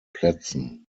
plätzen